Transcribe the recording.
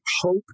hope